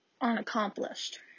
unaccomplished